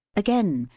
again,